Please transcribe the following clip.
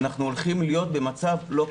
אנחנו הולכים להיות במצב לא פשוט.